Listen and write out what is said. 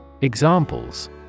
Examples